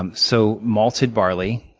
um so malted barley,